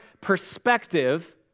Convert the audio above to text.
perspective